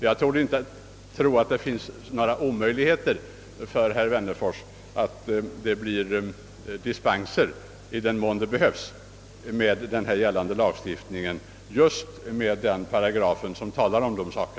Jag tror inte att det är omöjligt, herr Wennerfors, att det med den gällande lagstiftningen beviljas dispenser i den mån de behövs med hänsyn till den paragraf som talar om dessa saker.